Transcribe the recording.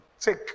take